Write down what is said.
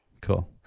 Cool